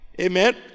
Amen